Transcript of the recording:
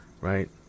right